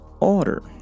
order